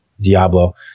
diablo